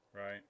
Right